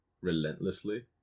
relentlessly